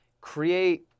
create